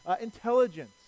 Intelligence